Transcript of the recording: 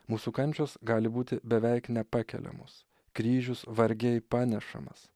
mūsų kančios gali būti beveik nepakeliamos kryžius vargiai panešamas